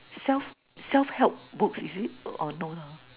self~ self help books is it or no leh